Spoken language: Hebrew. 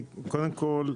קודם כול,